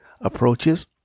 approaches